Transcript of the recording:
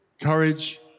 courage